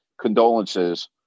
condolences